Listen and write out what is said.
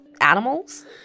animals